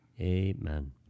Amen